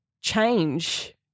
change